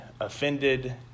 offended